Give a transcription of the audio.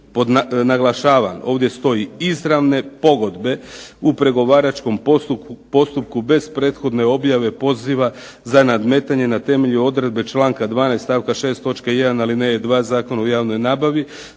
naglašavam ovdje stoji izravne pogodbe u pregovaračkom postupku bez prethodne objave poziva za nadmetanje na temelju odredbe članka 12. stavka 6.